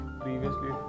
previously